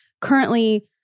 currently